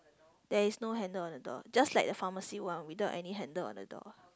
there is no handle on the door just like the pharmacy one without any handle on the door